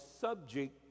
subject